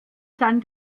dann